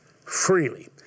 freely